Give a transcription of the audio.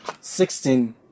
sixteen